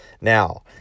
Now